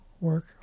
work